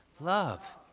love